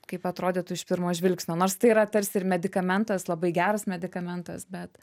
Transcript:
kaip atrodytų iš pirmo žvilgsnio nors tai yra tarsi ir medikamentas labai geras medikamentas bet